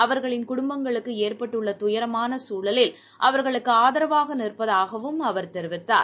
அவர்களின் குடும்பங்களுக்குஏற்பட்டுள்ளதுயரமானசூழலில் அவர்களுக்குஆதரவாகநிற்பதாகவும் அவர் கூறினார்